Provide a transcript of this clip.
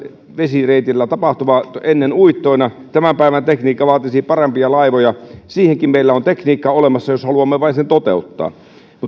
vesireiteillä tapahtuvia ennen uittoina tämän päivän tekniikka vaatisi parempia laivoja siihenkin meillä on tekniikka olemassa jos haluamme vain sen toteuttaa mutta